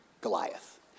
Goliath